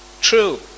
true